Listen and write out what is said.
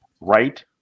right